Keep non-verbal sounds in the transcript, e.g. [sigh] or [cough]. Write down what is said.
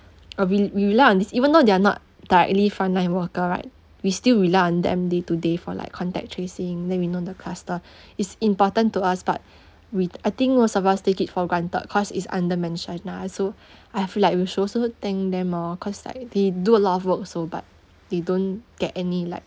uh we we rely on this even though they're not directly frontline worker right we still rely on them day to day for like contact tracing then you know the cluster it's important to us but with I think most of us take it for granted cause it's undermentioned ah so [breath] I feel like we should also thank them lor cause like they do a lot of work also but they don't get any like